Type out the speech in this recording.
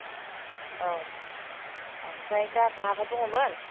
औ ओमफ्राय दा बहाबा दङमोन